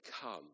come